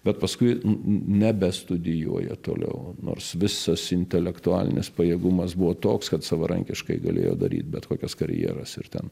bet paskui nebestudijuoja toliau nors visas intelektualinis pajėgumas buvo toks kad savarankiškai galėjo daryti bet kokias karjeros ir ten